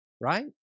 right